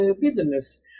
business